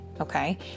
Okay